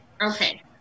Okay